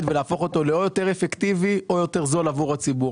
ולהפוך אותו לעוד יותר אפקטיבי או יותר זול עבור הציבור.